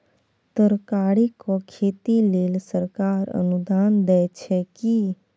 तरकारीक खेती लेल सरकार अनुदान दै छै की?